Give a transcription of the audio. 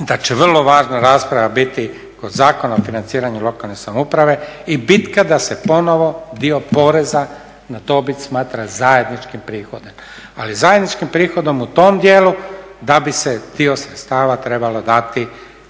da će vrlo važna rasprava biti kod Zakona o financiranju lokalne samouprave i bitka da se ponovno dio poreza na dobit smatra zajedničkim prihodom. Ali zajedničkim prihodom u tom dijelu da bi se dio sredstava trebalo dati